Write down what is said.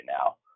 now